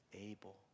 able